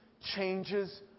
changes